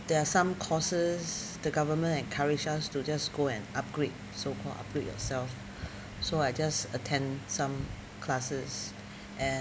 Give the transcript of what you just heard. there are some courses the government encourage us to just go and upgrade so call upgrade yourself so I just attend some classes and